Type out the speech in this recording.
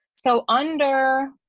so under